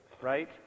right